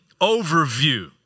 overview